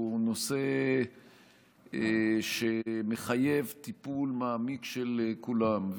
הוא נושא שמחייב טיפול מעמיק של כולם,